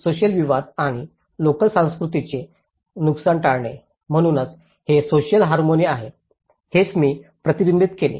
social विवाद आणि local संस्कृतीचे नुकसान टाळणे म्हणूनच हे सोसिअल हार्मोनी आहे हेच मी प्रतिबिंबित केले